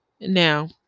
Now